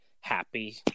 happy